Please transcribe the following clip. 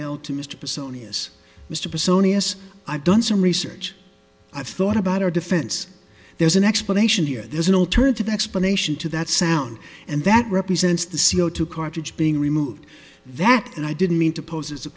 personas mr persone as i've done some research i thought about our defense there's an explanation here there's an alternative explanation to that sound and that represents the c o two cartridge being removed that and i didn't mean to pose a